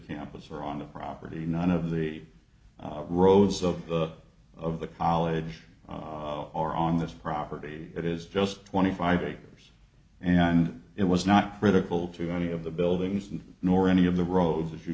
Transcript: campus are on the property none of the rows of of the college are on this property it is just twenty five acres and it was not critical to any of the buildings and nor any of the roads